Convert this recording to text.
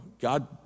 God